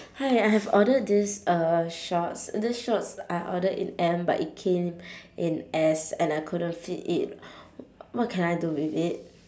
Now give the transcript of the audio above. hi I have ordered this uh shorts this shorts I ordered it M but it came in S and I couldn't fit it what can I do with it